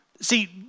See